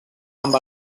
amb